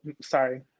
sorry